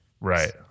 Right